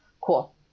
Cool